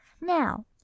now